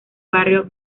barrio